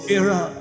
era